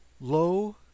low